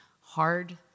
Hard